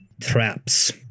Traps